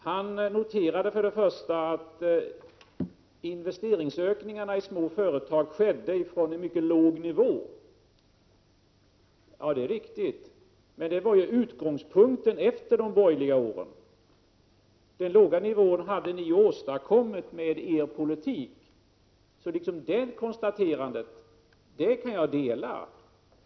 Han noterade för det första att investeringsökningarna i små företag skedde från en mycket låg nivå. Det är riktigt, men det var ju utgångspunkten efter de borgerliga åren. Den låga nivån hade ni åstadkommit med er politik. Detta faktum har jag ingen annan uppfattning om.